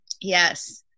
Yes